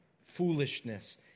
foolishness